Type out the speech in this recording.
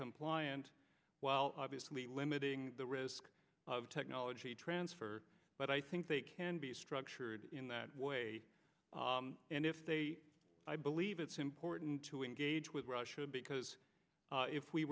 compliant while obviously limiting the risk of technology transfer but i think they can be structured in that way and if i believe it's important to engage with russia because if we